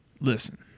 Listen